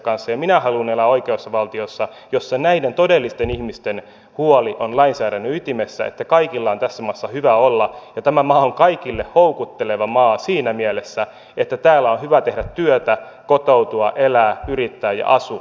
minä haluan elää oikeusvaltiossa jossa näiden todellisten ihmisten huoli on lainsäädännön ytimessä että kaikilla on tässä maassa hyvä olla ja tämä maa on kaikille houkutteleva maa siinä mielessä että täällä on hyvä tehdä työtä kotoutua elää yrittää ja asua